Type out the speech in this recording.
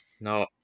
No